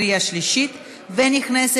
נתקבל.